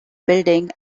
building